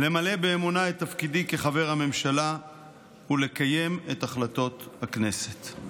למלא באמונה את תפקידי כחבר הממשלה ולקיים את החלטות הכנסת.